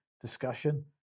discussion